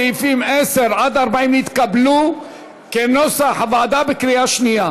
סעיפים 10 40 נתקבלו כנוסח הוועדה בקריאה שנייה.